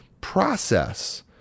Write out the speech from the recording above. process